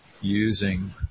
using